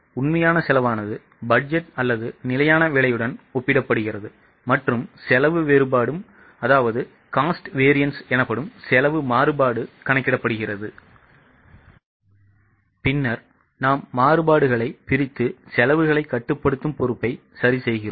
உண்மையான செலவானது பட்ஜெட் அல்லது நிலையான விலையுடன் ஒப்பிடப்படுகிறது மற்றும் செலவு மாறுபாடு கணக்கிடப்படுகிறது பின்னர் நாம் மாறுபாடுகளை பிரித்து செலவுகளை கட்டுப்படுத்தும் பொறுப்பை சரிசெய்கிறோம்